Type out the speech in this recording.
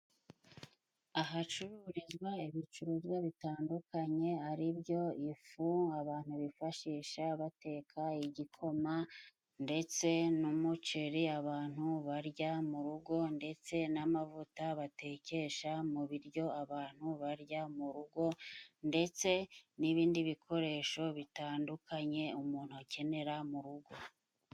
Ahacururizwa ibicuruzwa bitandukanye ari byo ifu abantu bifashisha bateka igikoma, ndetse n'umuceri abantu barya mu rugo, ndetse n'amavuta batekesha mu biryo abantu barya mu rugo, ndetse n'ibindi bikoresho bitandukanye umuntu akenera mu rugo.